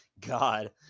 God